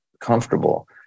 comfortable